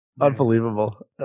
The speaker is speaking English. unbelievable